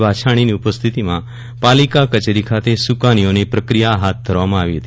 વાછાણીની ઉપસ્થિતિમાં પાલીકાકચેરી ખાતે સુકાનીઓની પ્રક્રિયા હાથ ધરવામાં આવી હતી